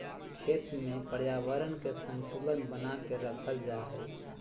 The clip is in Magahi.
खेत में पर्यावरण के संतुलन बना के रखल जा हइ